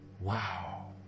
Wow